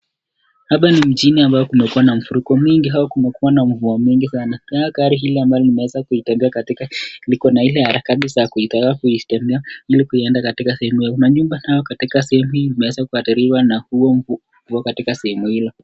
Hapa ni mjini ambayo kumekuwa na mfuriko mwingi, au kumekuwa na mvua mingi naye gari hili ambayo imeweza kuitaga katika liko ile harakati za kutaka kuitemea ili kwenda, katika sehemu manyumba katika sehemu imeweza kuaribiwa na mvua huo katika sehemu huo.